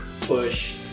push